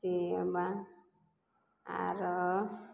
एहि के बाद आरो